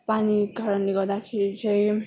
पानीको कारणले गर्दाखेरि चाहिँ